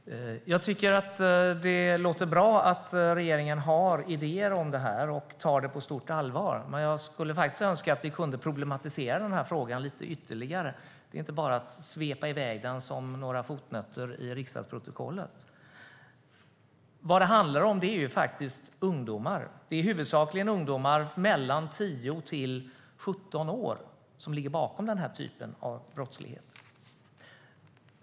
Herr talman! Tack, ministern, för det distinkta svaret! Det låter bra att regeringen har idéer om det här och tar det på stort allvar. Men jag skulle önska att vi kunde problematisera den här frågan ytterligare. Det är inte bara att svepa över den som några fotnoter i riksdagsprotokollet. Vad det handlar om är ju faktiskt ungdomar, huvudsakligen mellan 10 och 17 år, som ligger bakom den här typen av brottslighet.